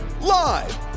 Live